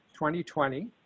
2020